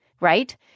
right